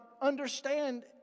understand